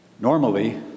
Normally